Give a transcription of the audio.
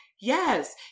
Yes